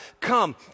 come